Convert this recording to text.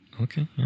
Okay